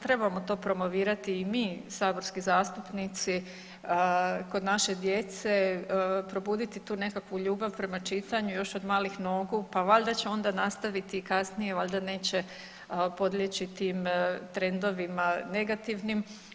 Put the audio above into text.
Trebamo to promovirati i mi saborski zastupnici kod naše djece probuditi tu nekakvu ljubav prema čitanju još od malih nogu, pa valjda će onda nastaviti kasnije valjda neće podlijeći tim trendovima negativnim.